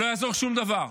לא יעזור שום דבר,